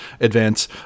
advance